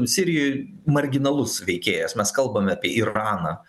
sirijoj marginalus veikėjas mes kalbame apie iraną